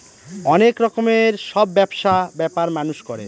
অনেক রকমের সব ব্যবসা ব্যাপার মানুষ করে